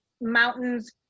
mountains